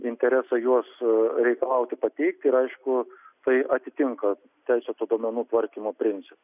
interesą juos reikalauti pateikti ir aišku tai atitinka teisėto duomenų tvarkymo principus